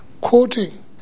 quoting